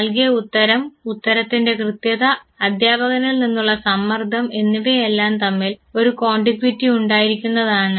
നൽകിയ ഉത്തരം ഉത്തരത്തിൻറെ കൃത്യത അധ്യാപകനിൽ നിന്നുള്ള സമ്മർദ്ദം എന്നിവയെല്ലാം തമ്മിൽ ഒരു കോണ്ടിഗ്വിറ്റി ഉണ്ടായിരിക്കുന്നതാണ്